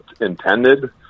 intended